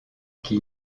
qui